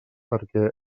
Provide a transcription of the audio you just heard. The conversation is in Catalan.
perquè